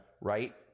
right